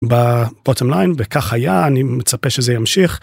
בבוטום-ליין וכך היה, אני מצפה שזה ימשיך.